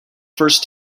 first